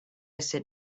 sit